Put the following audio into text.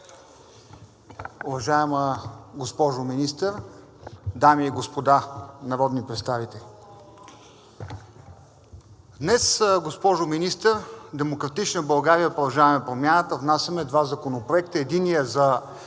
Уважаема госпожо Министър, дами и господа народни представители! Днес, госпожо Министър, „Демократична България – Продължаваме Промяната“ внасяме два законопроекта. Единият